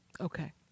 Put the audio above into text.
okay